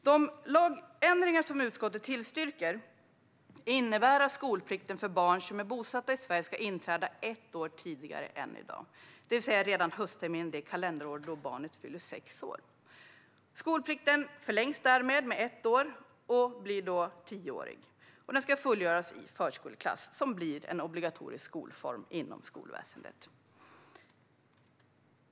De lagändringar som utskottet tillstyrker innebär att skolplikten för barn som är bosatta i Sverige ska inträda ett år tidigare än i dag, det vill säga redan höstterminen det kalenderår då barnet fyller sex år. Skolplikten förlängs därmed med ett år och blir tioårig, och den ska fullgöras i förskoleklassen, som blir en obligatorisk skolform inom skolväsendet.